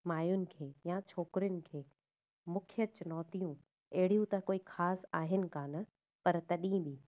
माईयुनि खे या छोकिरिनि खे मुख्य चुनौतियूं अहिड़ियूं त कोई ख़ासि आहिनि कोन्ह पर तॾहिं बि